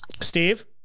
steve